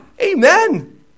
Amen